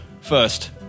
first